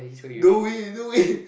no way no way